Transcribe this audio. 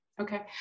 Okay